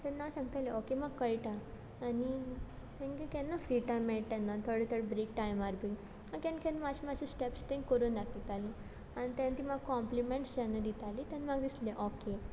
तेन्ना हांव सांगतालें ओके म्हाक कळटा आनी तांकां केन्ना फ्री टायम मेळटा तेन्ना थोडे थोडे ब्रेक टायमार बी हांव केन्ना केन्ना मातशें मातशें स्टॅप्स तेंक कोरून दाखयतालें आनी तेन्ना तीं म्हाक कॉम्प्लिमँट्स जेन्ना दितालीं तेन्ना म्हाका दिसलें ऑके